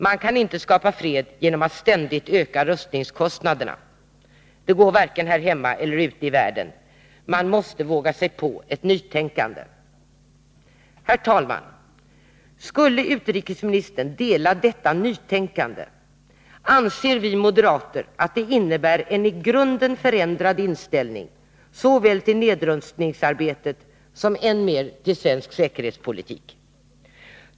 Man kan inte skapa fred genom att ständigt öka rustningskostnaderna. Det går varken här hemma eller ute i världen. Man måste våga sig på ett nytänkande.” Herr talman! Skulle utrikesministern dela detta nytänkande, anser vi moderater att det innebär en i grunden förändrad inställning såväl till nedrustningsarbetet som än mer till svensk säkerhetspolitik.